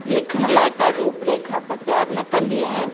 लिखण लाइ का रूप रेखा त तियारु न कंदी आहियां